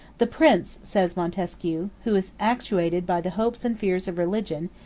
the prince, says montesquieu, who is actuated by the hopes and fears of religion,